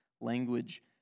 language